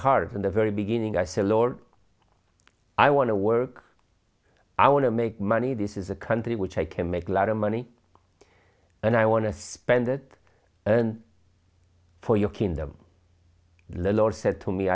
heart in the very beginning i said lord i want to work i want to make money this is a country which i can make a lot of money and i want to spend it for your kingdom the lord said to me